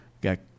Got